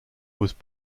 was